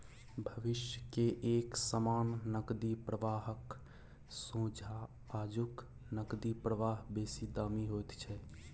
भविष्य के एक समान नकदी प्रवाहक सोंझा आजुक नकदी प्रवाह बेसी दामी होइत छै